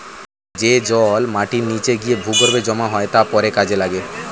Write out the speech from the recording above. যে জল মাটির নিচে গিয়ে ভূগর্ভে জমা হয় তা পরে কাজে লাগে